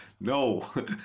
no